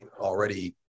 already